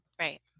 Right